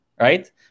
right